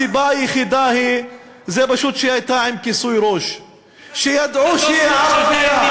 הסיבה היחידה היא פשוט שהיא הייתה עם כיסוי ראש וידעו שהיא ערבייה.